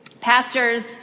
pastors